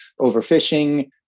overfishing